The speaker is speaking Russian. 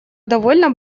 довольно